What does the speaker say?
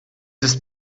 ist